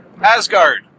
Asgard